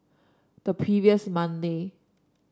the previous Monday